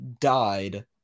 died